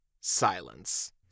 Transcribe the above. silence